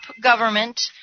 government